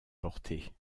portez